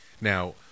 Now